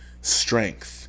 strength